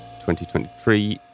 2023